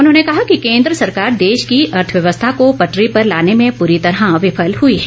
उन्होंने कहा कि केन्द्र सरकार देश की अर्थव्यवस्था को पटरी पर लाने में पूरी तरह विफल हुई है